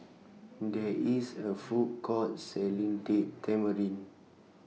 There IS A Food Court Selling Date Tamarind